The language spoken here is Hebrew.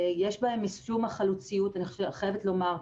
יש בהם יישום החלוציות אני חייבת לומר,